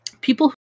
people